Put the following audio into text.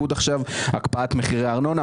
הקפאת מחירי הארנונה,